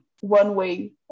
one-way